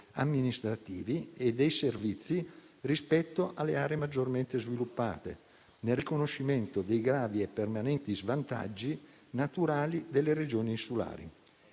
amministrativi e dei servizi rispetto alle aree maggiormente sviluppate, nel riconoscimento dei gravi e permanenti svantaggi naturali delle regioni insulari.